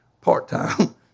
part-time